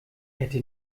hätte